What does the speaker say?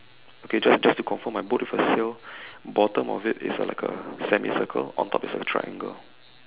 okay just just to confirm my boat with a sail bottom of it is a like a semi circle on top is a triangle